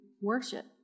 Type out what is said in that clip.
worship